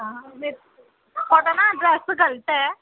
ओह्दा ना जगह गलत ऐ